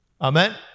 Amen